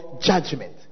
judgment